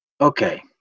Okay